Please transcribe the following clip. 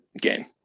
game